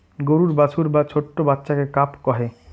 গরুর বাছুর বা ছোট্ট বাচ্চাকে কাফ কহে